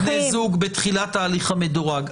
יש כאלה שהם בני זוג בתחילת התהליך המדורג.